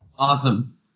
Awesome